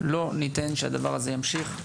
לא ניתן שהדבר הזה ימשיך.